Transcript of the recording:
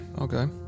Okay